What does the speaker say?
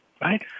Right